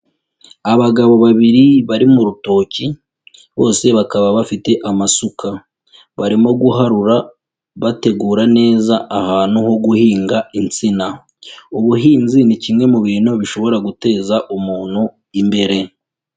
Abagabo babiri bari mu rutoki, bose bakaba bafite amasuka, barimo guharura bategura neza ahantu ho guhinga insina, ubuhinzi ni kimwe mu bintu bishobora guteza umuntu imbere.